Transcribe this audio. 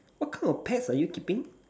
what kind of pets are you keeping